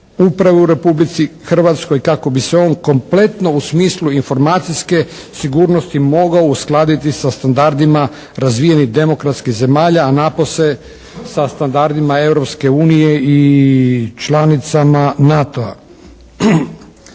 uprave u Republici Hrvatskoj i kako bi se on kompletno u smislu informacijske sigurnosti mogao uskladiti sa standardima razvijenih demokratskih zemalja a napose sa standardima Europske unije i članicama NATO-a.